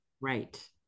Right